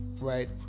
right